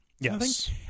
Yes